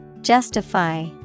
Justify